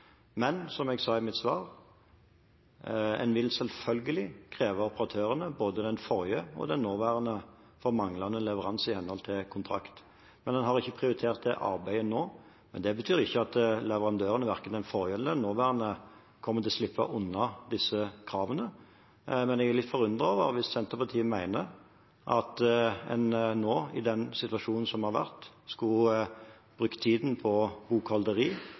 Men, som jeg sa i mitt svar, en vil selvfølgelig kreve operatørene, både den forrige og den nåværende, for manglende leveranse i henhold til kontrakt. En har ikke prioritert det arbeidet nå, men det betyr ikke at leverandørene, verken den forrige eller den nåværende, kommer til å slippe unna disse kravene. Jeg er litt forundret hvis Senterpartiet mener at en nå, i den situasjonen som har vært, skulle brukt tiden på